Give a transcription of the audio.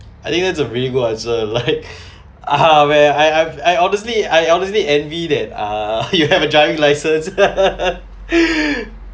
I think that's a really good answer like where I I've I honestly I honestly envy that uh you have a driving license